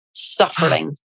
suffering